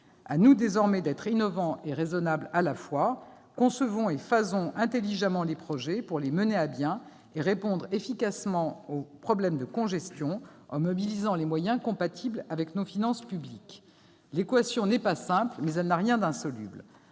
À nous désormais d'être innovants et raisonnables à la fois. Concevons et phasons intelligemment les projets pour les mener à bien et répondre efficacement aux problèmes de congestion en mobilisant les moyens compatibles avec nos finances publiques. L'équation n'est pas simple, mais elle n'a rien d'insoluble.